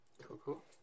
cool